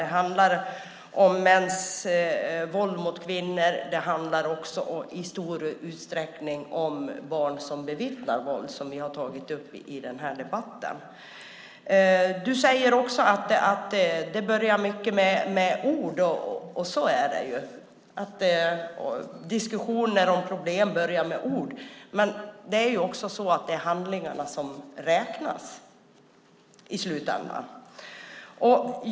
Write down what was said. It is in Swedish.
Det handlar om mäns våld mot kvinnor, och det handlar i stor utsträckning om barn som bevittnar våld, som vi har tagit upp i den här debatten. Du säger också att det börjar mycket med ord. Så är det: Diskussioner om problem börjar med ord. Men i slutändan är det handlingarna som räknas.